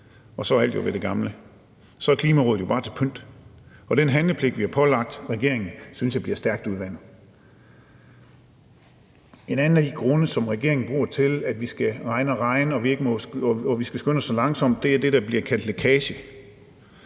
og så er alt jo ved det gamle. Så er Klimarådet jo bare til pynt, og den handlepligt, vi har pålagt regeringen, synes jeg bliver stærkt udvandet. En anden af de grunde, som regeringen bruger til at sige, at vi skal regne og regne, og at vi skal skynde os så langsomt, er det, der bliver kaldt lækage,